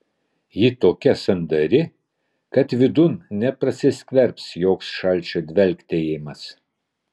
ji tokia sandari kad vidun neprasiskverbs joks šalčio dvelktelėjimas